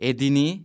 Edini